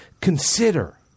Consider